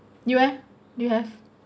you eh do you have